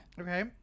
Okay